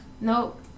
Nope